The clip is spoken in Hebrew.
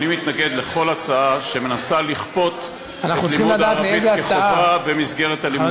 אני מתנגד לכל הצעה שמנסה לכפות את לימוד הערבית כחובה במסגרת הלימודים.